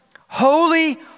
holy